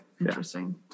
Interesting